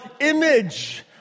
image